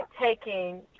taking